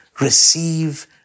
receive